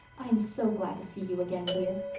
i am so glad to see you again, dear.